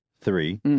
three